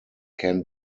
can